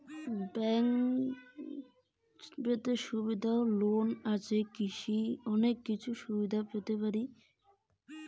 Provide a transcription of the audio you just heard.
আমি ব্যাংক ব্যথিত আর কি কি সুবিধে পেতে পারি?